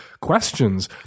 questions